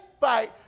fight